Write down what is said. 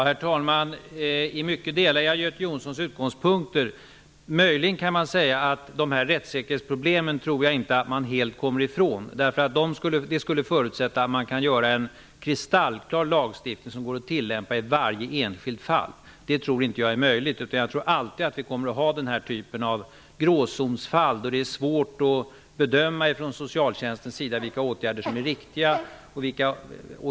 Herr talman! I mycket delar jag Göte Jonssons utgångspunkter. Möjligen kan man säga att jag inte tror att man helt kommer ifrån rättssäkerhetsproblemen. Det skulle förutsätta att man kunde göra en kristallklar lagstiftning som gick att tillämpa i varje enskilt fall. Jag tror inte att det är möjligt; vi kommer alltid att ha denna typ av gråzonsfall där socialtjänsten har svårt att bedöma vilka åtgärder som är riktiga.